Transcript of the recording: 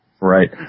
Right